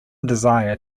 desire